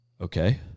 okay